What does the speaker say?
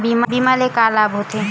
बीमा ले का लाभ होथे?